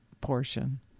portion